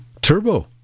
Turbo